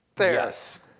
yes